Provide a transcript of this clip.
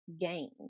gain